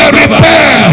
repair